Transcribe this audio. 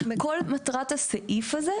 כל מטרת הסעיף הזה,